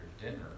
dinner